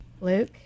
Luke